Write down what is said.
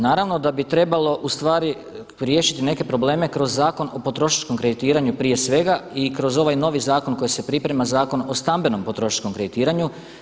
Naravno da bi trebalo, ustvari riješiti neke probleme kroz Zakon o potrošačkom kreditiranju prije svega i kroz ovaj novi zakon koji se priprema Zakon o stambenom potrošačkom kreditiranju.